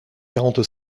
quarante